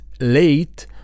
late